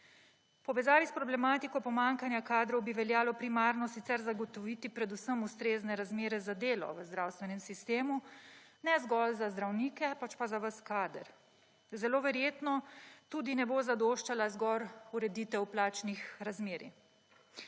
povezavi s problematiko pomanjkanja kadrov bi veljalo primarno sicer zagotoviti predvsem ustrezne razmere za delo v zdravstvenem sistemu, ne zgolj za zdravnike, pač pa za ves kadre. Zelo verjetno tudi ne bo zadoščala zgolj ureditev praznih razmerij.